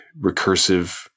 recursive